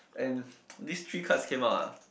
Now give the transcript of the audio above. and these three cards came out ah